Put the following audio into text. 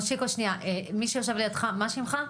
מושיקו שנייה, מי שיושב לידך, מה שמך?